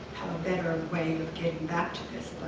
better way of getting back to this,